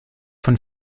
von